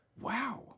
Wow